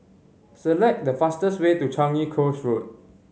select the fastest way to Changi Coast Road